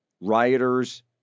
Rioters